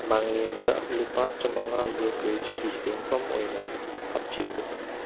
ꯃꯪꯂꯦꯝꯗ ꯂꯨꯄꯥ ꯆꯃꯉꯥ ꯕ꯭ꯔꯣꯀꯔꯦꯖꯀꯤ ꯁꯦꯟꯐꯝ ꯑꯃ ꯑꯣꯏꯅ ꯍꯥꯞꯆꯤꯜꯂꯨ